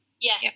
Yes